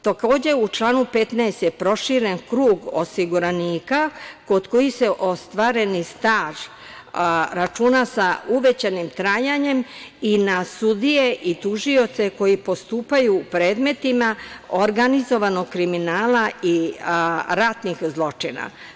Takođe, u članu 15. je proširen krug osiguranika kod kojih se ostvareni staž računa sa uvećanim trajanjem i na sudije i na tužioce koji postupaju u predmetima organizovanog kriminala i ratnih zločina.